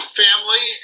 family